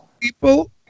people